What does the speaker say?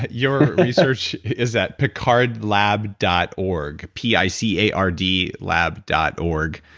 your research is at picardlab dot org, p i c a r d lab dot org.